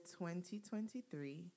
2023